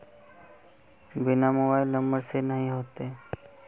बिना mobile number से नहीं होते?